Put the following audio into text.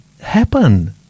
happen